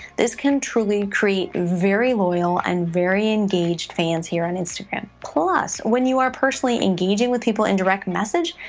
this can truly create very loyal and very engaged fans here on instagram. plus, when you are personally engaging with people in direct message,